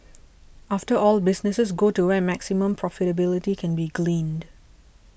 after all businesses go to where maximum profitability can be gleaned